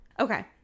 Okay